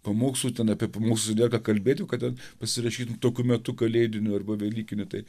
pamokslų ten apie mūsų įdėją ką kalbėt jau kad ten pasirašytum tokiu metu kalėdiniu arba velykiniu tai